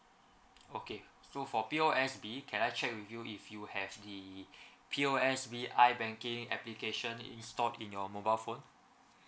okay so for P O S B can I check with you if you have the P O S B I banking application installed in your mobile phone